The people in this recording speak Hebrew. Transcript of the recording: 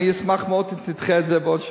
אני אשמח מאוד אם תדחה את זה בעוד שבוע.